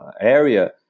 area